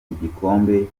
igikombe